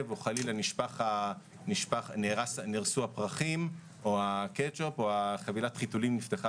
או חלילה נהרסו הפרחים או הקטשופ או חבילת החיתולים נפתחה